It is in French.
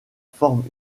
forme